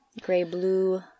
gray-blue